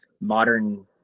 modern